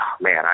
man